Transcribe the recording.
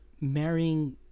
marrying